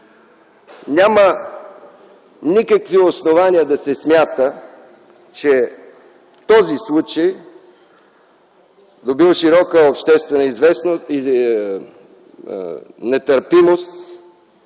няма никакви основания да се смята, че този случай, добил широка обществена известност или нетърпимост,